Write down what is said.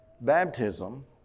Baptism